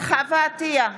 בהצבעה חוה אתי עטייה,